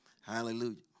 Hallelujah